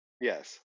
yes